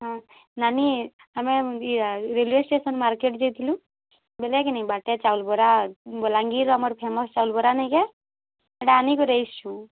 ନାନି ଆମେ ଇ ରେଲୱେ ଷ୍ଟେସନ୍ ମାର୍କେଟ୍ ଯାଇଥିଲୁଁ ବୁଝ୍ଲ କି ନାଇଁ ବାଟ୍ରେ ଚାଉଲ୍ ବରା ବଲାଙ୍ଗୀର୍ର ଆମର୍ ଫେମସ୍ ଚାଉଲ୍ ବରା ନାଇଁ କେଁ ସେଟା ଆନିକରି ଆସିଛୁଁ